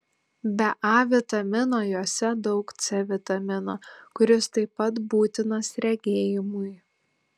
be a vitamino juose daug c vitamino kuris taip pat būtinas regėjimui